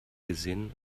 gesehen